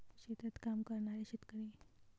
शेतात काम करणारे शेतकरी